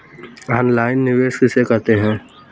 Online निवेश किसे कहते हैं?